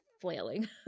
flailing